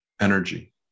energy